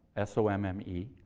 s o m m e,